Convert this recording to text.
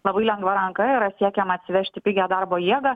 labai lengva ranka yra siekiama atsivežti pigią darbo jėgą